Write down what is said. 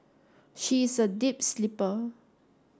she is a deep sleeper